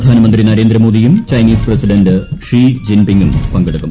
പ്രധാനമന്ത്രി നരേന്ദ്രമോദിയും Chinese president Xi ജിൻപിങ്ങും പങ്കെടുക്കും